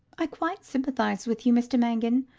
i quite sympathize with you, mr mangan.